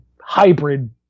hybrid